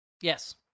Yes